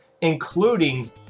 including